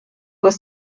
was